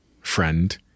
friend